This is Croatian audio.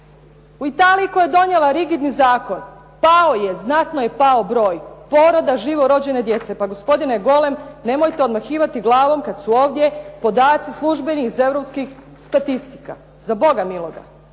u Italiji koja je donijela rigidni zakon, pao je, znatno je pao broj poroda živorođene djece. Pa gospodine Golem nemojte odmahivati glavom kad su ovdje podaci službeni iz europskih statistika, za Boga miloga.